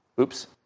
Oops